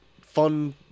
fun